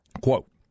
Quote